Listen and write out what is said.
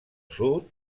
sud